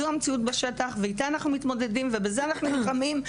זו המציאות בשטח ואתה אנחנו מתמודדים ובזה אנחנו נלחמים.